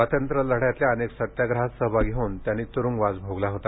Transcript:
स्वातंत्र्यलढ्यातल्या अनेक सत्याग्रहात सहभागी होऊन त्यांनी त्रुंगवास भोगला होता